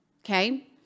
okay